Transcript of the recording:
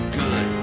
good